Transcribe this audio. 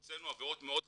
הוצאנו עבירות מאוד חמורות,